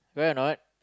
right or not